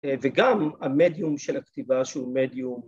‫וגם המדיום של הכתיבה ‫שהוא מדיום...